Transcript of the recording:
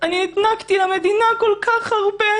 אני הענקתי למדינה כל כך הרבה.